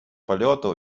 польоту